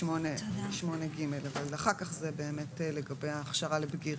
אפשר היה להגביל,